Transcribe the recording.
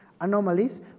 anomalies